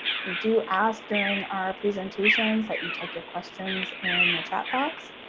we do ask during our presentations that you type your questions in the chat box.